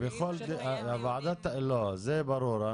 זה ברור,